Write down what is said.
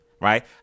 right